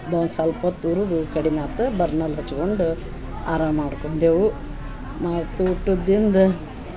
ಬ ಸಲ್ಪೊತ್ತು ಉರುದು ಕಡಿಮೆ ಆತು ಬರ್ನಲ್ ಹಚ್ಕೊಂಡ ಆರಾಮ್ ಮಾಡ್ಕೊಂಡೆವು ಮತ್ತೆ ಊಟದಿಂದ